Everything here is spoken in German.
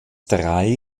drei